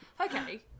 Okay